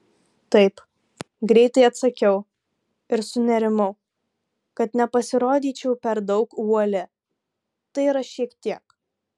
taip greitai atsakiau ir sunerimau kad nepasirodyčiau per daug uoli tai yra šiek tiek